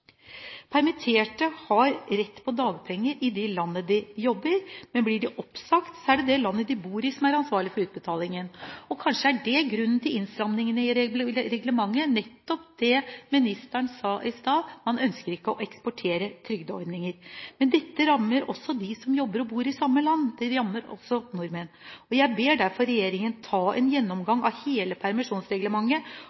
Permitterte har rett til dagpenger i det landet de jobber, men blir de oppsagt, er det landet de bor i, som er ansvarlig for utbetalingen. Kanskje er grunnen til innstrammingene i reglementet nettopp det ministeren sa i stad – man ønsker ikke å eksportere trygdeordninger. Men dette rammer også dem som jobber og bor i samme land, det rammer også nordmenn. Jeg ber derfor regjeringen ta en